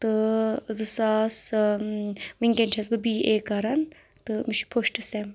تہٕ زٕ ساس وٕنکؠن چھَس بہٕ بی اے کَران تہٕ مےٚ چھِ فٔشٹ سیٚم